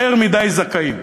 יותר מדי זכאים.